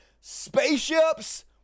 spaceships